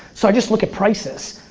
so i just look at prices,